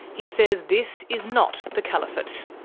he says this is not the caliphate.